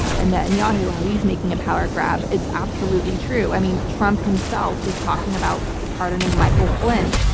and netanyahu, how he's making a power grab. it's absolutely true. i mean, trump himself is talking about pardoning michael flynn.